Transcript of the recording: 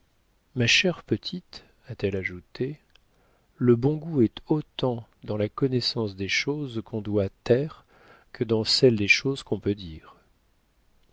ma chère petite a-t-elle ajouté le bon goût est autant dans la connaissance de choses qu'on doit taire que dans celle des choses qu'on peut dire